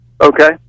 Okay